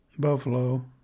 Buffalo